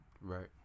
Right